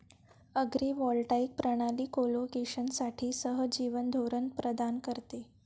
agrivoltaic प्रणाली कोलोकेशनसाठी सहजीवन धोरण प्रदान करते